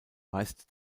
meist